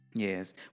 Yes